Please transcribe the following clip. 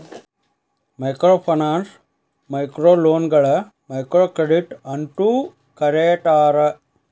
microfinance ಮೈಕ್ರೋಲೋನ್ಗಳ microcredit ಅಂತೂ ಕರೇತಾರ